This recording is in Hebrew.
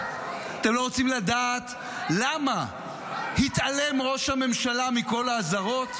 אתם לא רוצים לדעת למה התעלם ראש הממשלה מכל האזהרות?